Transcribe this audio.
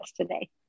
today